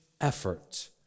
effort